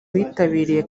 witabiriye